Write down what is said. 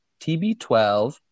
TB12